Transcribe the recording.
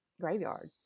graveyard